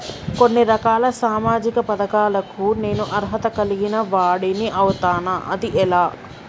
కొన్ని రకాల సామాజిక పథకాలకు నేను అర్హత కలిగిన వాడిని అవుతానా? అది ఎలా?